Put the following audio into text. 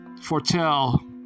foretell